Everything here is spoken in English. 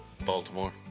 Baltimore